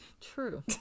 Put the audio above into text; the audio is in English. True